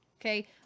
Okay